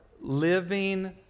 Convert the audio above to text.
Living